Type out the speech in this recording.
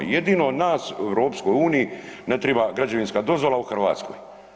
Jedino nas u EU ne triba građevinska dozvola u Hrvatskoj.